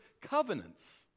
covenants